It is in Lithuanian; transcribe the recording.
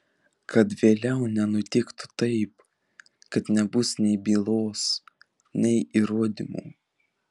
kad vėliau nenutiktų taip kad nebus nei bylos nei įrodymų